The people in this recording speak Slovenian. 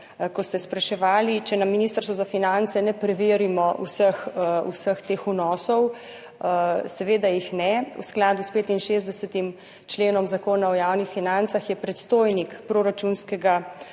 Ko ste spraševali, če na Ministrstvu za finance ne preverimo vseh teh vnosov – seveda jih ne. V skladu s 65. členom Zakona o javnih financah je predstojnik proračunskega